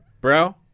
bro